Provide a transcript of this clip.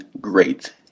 great